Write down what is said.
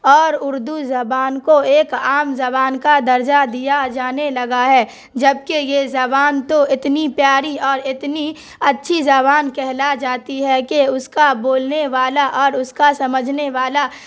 اور اردو زبان کو ایک عام زبان کا درجہ دیا جانے لگا ہے جبکہ یہ زبان تو اتنی پیاری اور اتنی اچھی زبان کہلا جاتی ہے کہ اس کا بولنے والا اور اس کا سمجھنے والا